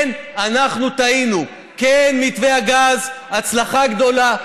כן, אנחנו טעינו, כן, מתווה הגז, הצלחה גדולה.